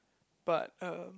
but um